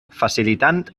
facilitant